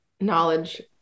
Knowledge